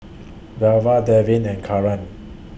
Belva Devin and Karan